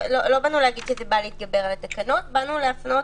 אנחנו לא אומרים שזה בא להתגבר על התקנות אלא להפנות